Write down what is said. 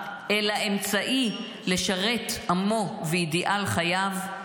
אלא אמצעי לשרת עמו ואידיאל חייו,